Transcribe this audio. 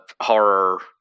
horror